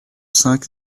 cinq